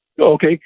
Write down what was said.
Okay